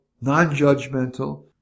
non-judgmental